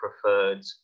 preferred